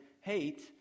hate